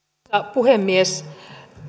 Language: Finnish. puhemies